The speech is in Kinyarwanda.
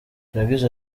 yagize